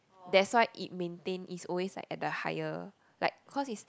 that's why it maintain is always like at the higher like cause is